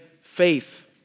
faith